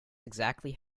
exactly